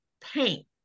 paint